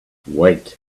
wait